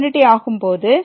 எனவே x→∞ ஆகும் போது